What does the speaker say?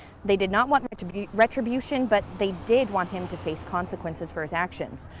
they did not want to be retribution but they did want him to face consequences for his actions.